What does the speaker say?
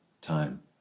time